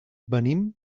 venim